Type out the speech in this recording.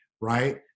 right